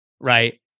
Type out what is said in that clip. right